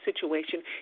situation